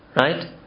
right